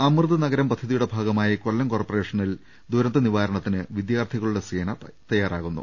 അമൃത് നഗരം പദ്ധതിയുടെ ഭാഗമായി കൊല്ലം കോർപ്പറേഷനിൽ ദുരന്ത നിവാരണത്തിന് വിദ്യാർത്ഥികളുടെ സേന തയാറാകുന്നു